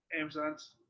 Amazons